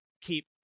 keep